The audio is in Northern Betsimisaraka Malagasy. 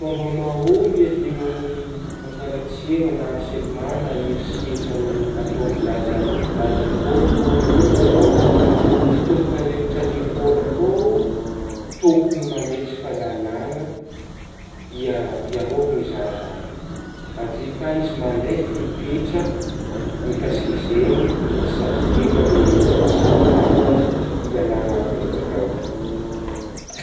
Fômba mahômby iadiagna amin'gny fankaratsiagny na harsèlement na herisetra amin-atao amin'ny zaza a lekôly, voalohany ma lô ny tômpon 'andraikitra lekôly akeo tôkony mametraka lalàgna iarovagna zaza aby, avy eo ka izy mandray fepetra mikasika zegny na saziagna le tsy magnaraka io lalàgna apetraka io.